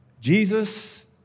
Jesus